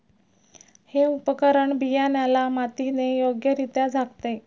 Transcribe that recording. हे उपकरण बियाण्याला मातीने योग्यरित्या झाकते